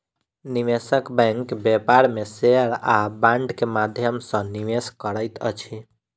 निवेशक बैंक व्यापार में शेयर आ बांड के माध्यम सॅ निवेश करैत अछि